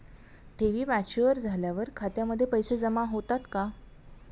ठेवी मॅच्युअर झाल्यावर खात्यामध्ये पैसे जमा होतात का?